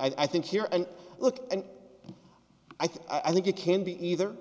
here i think here and look and i think it can be either